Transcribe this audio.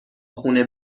خونه